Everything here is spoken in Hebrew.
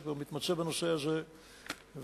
שמתמצא בדברים האלה,